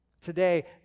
Today